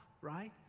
Right